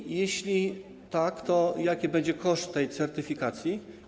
I jeśli tak, to jaki będzie koszt tej certyfikacji?